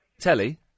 Telly